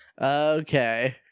Okay